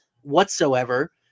whatsoever